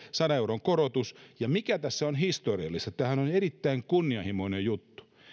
sadan euron korotus ja mikä tässä on historiallista tämähän on erittäin kunnianhimoinen juttu niin